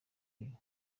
niko